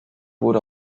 wurde